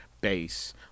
base